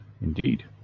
indeed